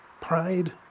Pride